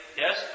Yes